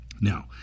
Now